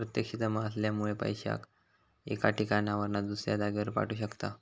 प्रत्यक्ष जमा असल्यामुळे पैशाक एका ठिकाणावरना दुसऱ्या जागेर पाठवू शकताव